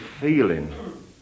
feeling